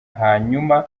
hanyuma